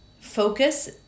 focus